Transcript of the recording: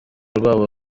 rw’abo